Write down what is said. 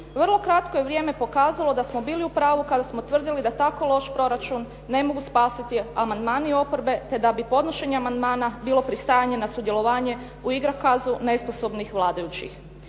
vrlo kratko je vrijeme pokazalo da smo bili u pravu kada smo tvrdili da tako loš proračun ne mogu spasiti amandmani oporbe, te da bi podnošenje amandmana bilo pristajanje na sudjelovanje u igrokazu nesposobnih vladajućih.